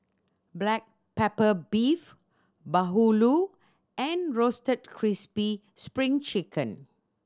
black pepper beef bahulu and Roasted Crispy Spring Chicken